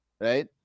Right